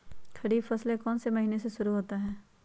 खरीफ फसल कौन में से महीने से शुरू होता है?